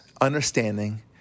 understanding